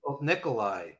Nikolai